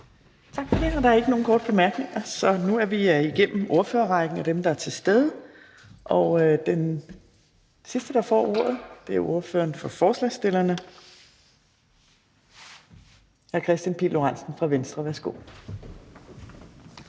tak for det. Og der ikke nogen korte bemærkninger, så nu er vi igennem ordførerrækken blandt dem, der er til stede. Den sidste, der får ordet, er ordføreren for forslagsstillerne, hr. Kristian Pihl Lorentzen fra Venstre. Værsgo.